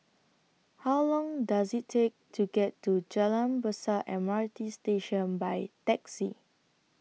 How Long Does IT Take to get to Jalan Besar M R T Station By Taxi